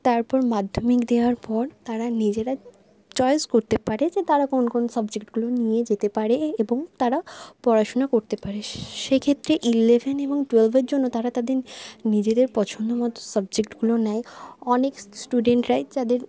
তারপর মাধ্যমিক দেওয়ার পর তারা নিজেরা চয়েস করতে পারে যে তারা কোন কোন সাবজেক্টগুলো নিয়ে যেতে পারে এবং তারা পড়াশোনা করতে পারে সেইক্ষেত্রে ইলেভেন এবং টুয়েলভের জন্য তারা তাদের নিজেদের পছন্দমতো সাবজেক্টগুলো নেয় অনেক স্টুডেন্টরাই যাদের